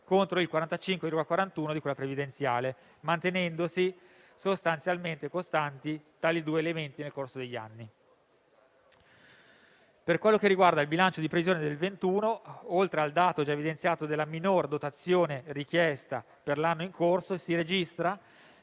contro il 45,41 di quella previdenziale, mantenendosi sostanzialmente costanti tali due elementi nel corso degli anni. Per quello che riguarda il bilancio di previsione 2021, oltre al dato già evidenziato della minor dotazione richiesta anche per l'anno in corso, si registra,